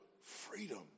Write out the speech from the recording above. freedom